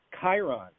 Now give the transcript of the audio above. Chiron